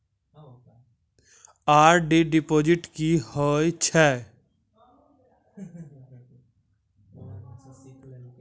RD deposit की होय छै?